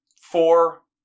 four